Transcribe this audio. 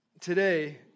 today